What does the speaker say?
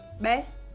best